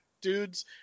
dudes